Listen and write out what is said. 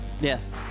Yes